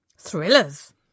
thrillers